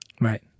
Right